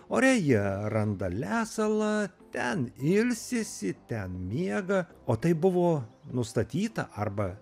ore jie randa lesalą ten ilsisi ten miega o tai buvo nustatyta arba